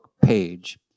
page